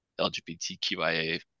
LGBTQIA